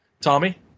Tommy